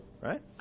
right